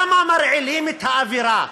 למה מרעילים את האווירה?